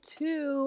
two